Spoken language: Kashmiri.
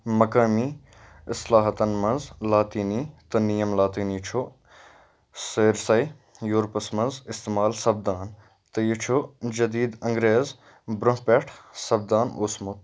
مقٲمی اِصلاحَتن منز لاطینی تہٕ نیم لاطینی چھُ سٲرِسَے یوٗرپس منز اِستعمال سپدان تہٕ یہِ چھُ جدیٖد انگریز برونہہ پیٹھٕ سپدان اوسمُت